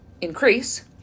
increase